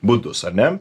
būdus ane